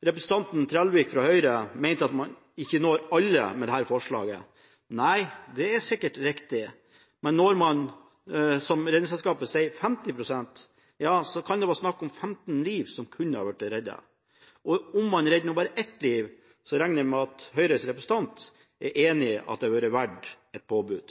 Representanten Trellevik fra Høyre mente at man ikke når alle med dette forslaget. Det er sikkert riktig, men når man 50 pst., som Redningsselskapet sier, kan det være snakk om at 15 liv kan reddes. Og om man nå redder bare ett liv, regner jeg med at Høyres representant er enig i at det er verdt et påbud.